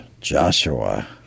Joshua